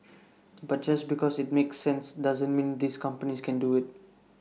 but just because IT makes sense doesn't mean these companies can do IT